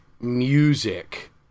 music